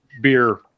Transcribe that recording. beer